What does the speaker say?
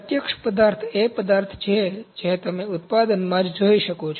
પ્રત્યક્ષ પદાર્થ એ પદાર્થ છે જે તમે ઉત્પાદનમાં જ જોઈ શકો છો